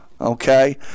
Okay